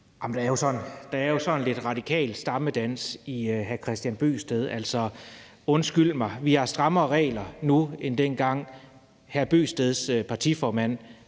Der er jo sådan lidt radikal stammedans i hr. Kristian Bøgsted. Altså, undskyld mig, vi har strammere regler nu end dengang, hr. Kristian Bøgsteds partiformand,